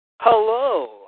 Hello